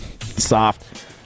Soft